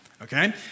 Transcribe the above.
Okay